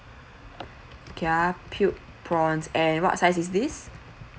okay ah peeled prawns and what size is this